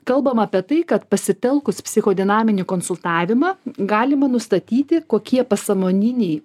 kalbama apie tai kad pasitelkus psicho dinaminį konsultavimą galima nustatyti kokie pasąmonininiai